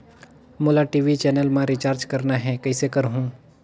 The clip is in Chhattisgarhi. मोला टी.वी चैनल मा रिचार्ज करना हे, कइसे करहुँ?